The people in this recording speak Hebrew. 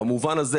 במובן הזה,